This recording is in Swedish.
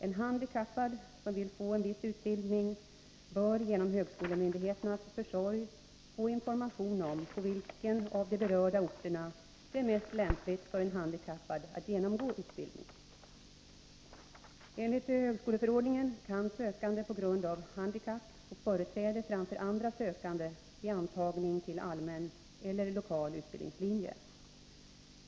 En handikappad som vill få en viss utbildning bör genom högskolemyndigheternas försorg få information om på vilken av de berörda orterna det är mest lämpligt för en handikappad att genomgå utbildningen. Enligt högskoleförordningen kan sökande på grund av handikapp få företräde framför andra sökande vid antagning till allmän eller lokal utbildningslinje.